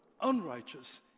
unrighteous